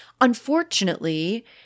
Unfortunately